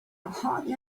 hardly